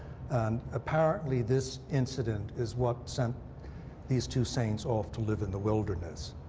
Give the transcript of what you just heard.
and apparently this incident is what sent these two saints off to live in the wilderness.